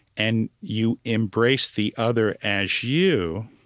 and you embrace the other as you,